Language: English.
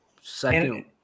second